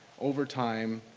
over time,